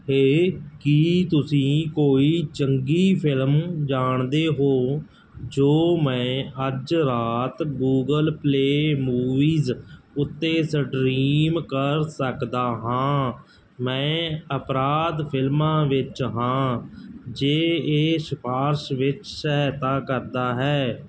ਹੇ ਕੀ ਤੁਸੀਂ ਕੋਈ ਚੰਗੀ ਫਿਲਮ ਜਾਣਦੇ ਹੋ ਜੋ ਮੈਂ ਅੱਜ ਰਾਤ ਗੂਗਲ ਪਲੇਅ ਮੂਵੀਜ਼ ਉੱਤੇ ਸਟ੍ਰੀਮ ਕਰ ਸਕਦਾ ਹਾਂ ਮੈਂ ਅਪਰਾਧ ਫਿਲਮਾਂ ਵਿੱਚ ਹਾਂ ਜੇ ਇਹ ਸਿਫਾਰਸ਼ ਵਿੱਚ ਸਹਾਇਤਾ ਕਰਦਾ ਹੈ